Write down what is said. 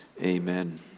Amen